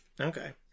Okay